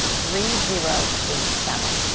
three, zero, eight, seven,